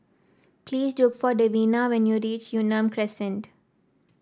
please look for Davina when you reach Yunnan Crescent